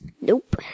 Nope